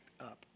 up